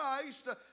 Christ